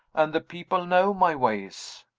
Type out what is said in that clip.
and the people know my ways.